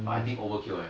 but I think overkill eh